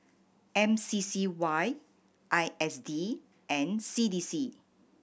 M C C Y I S D and C D C